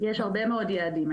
יש הרבה מאוד יעדים.